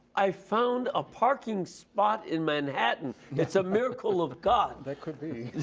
i found a parking spot in manhattan, it's a miracle of god! that could be,